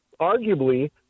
arguably